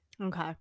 okay